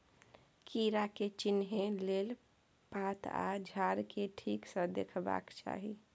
कीड़ा के चिन्हे लेल पात आ झाड़ केँ ठीक सँ देखबाक चाहीं